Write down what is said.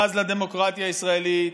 בז לדמוקרטיה הישראלית,